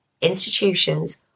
institutions